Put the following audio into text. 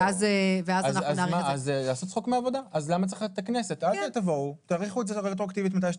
למה צריך את הכנסת אם הם יכולים להאריך את זה מתי שהם